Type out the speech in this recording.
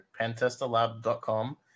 pentesterlab.com